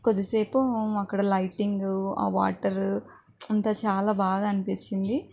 కొద్ది సేపు మేమక్కడ లైటింగ్ ఆ వాటర్ అంతా చాలా బాగా అనిపిచ్చింది